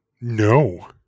No